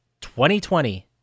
2020